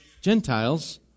Gentiles